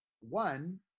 One